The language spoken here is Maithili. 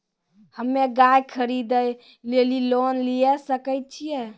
हम्मे गाय खरीदे लेली लोन लिये सकय छियै?